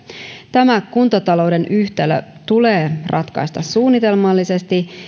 tämä kuntatalouden yhtälö tulee ratkaista suunnitelmallisesti